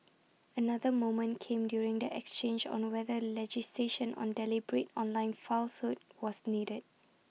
another moment came during the exchange on whether legislation on deliberate online falsehood was needed